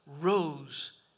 rose